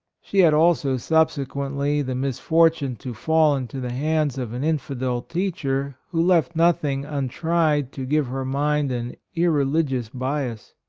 she had also subsequently the misfortune to fall into the hands of an infidel teacher who left nothing untried to give her mind an irreli gious bias.